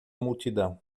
multidão